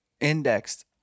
indexed